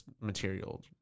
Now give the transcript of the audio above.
material